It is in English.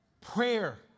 prayer